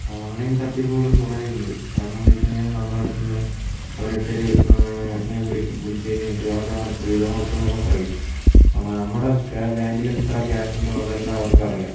online തട്ടിപ്പുകൾ കുറേ ഉണ്ട് കാരണം എന്ത് വച്ചു കഴിഞ്ഞാൽ നമ്മളെ അടുത്തുനിന്ന് ഓരോരുത്തർ ഇങ്ങനെ വിളിക്കും വിളിച്ചു കഴിഞ്ഞിട്ട് അത് അമർത്ത് ഇത് അമർത്ത് എന്നൊക്കെ പറയും അപ്പോൾ നമ്മുടെ ബാങ്കിൽ എത്ര ക്യാഷുണ്ടോ അതെല്ലാം അവർക്കറിയാം